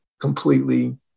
completely